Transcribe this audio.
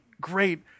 great